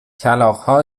کلاغها